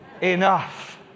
enough